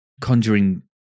Conjuring